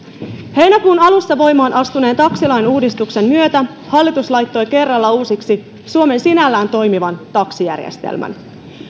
heinäkuun alussa voimaan astuneen taksilain uudistuksen myötä hallitus laittoi kerralla uusiksi suomen sinällään toimivan taksijärjestelmän